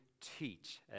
teach